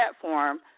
platform